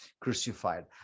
crucified